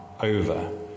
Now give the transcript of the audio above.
over